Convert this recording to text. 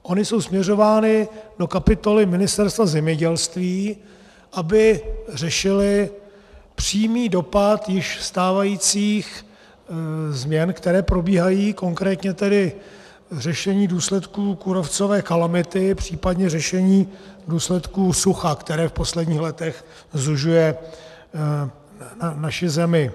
Ony jsou směřovány do kapitoly Ministerstva zemědělství, aby řešily přímý dopad již stávajících změn, které probíhají, konkrétně tedy řešení důsledků kůrovcové kalamity, případně řešení důsledků sucha, které v posledních letech sužuje naši zemi.